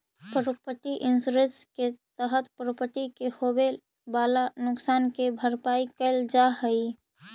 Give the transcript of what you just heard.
property insurance के तहत property के होवेऽ वाला नुकसान के भरपाई कैल जा हई